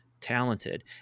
talented